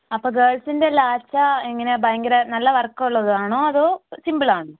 അപ്പം ഗേൾസിൻ്റെ ലാച്ച എങ്ങനെയാണ് ഭയങ്കര നല്ല വർക്കുള്ളതാണോ അതോ സിംപിൾ ആണോ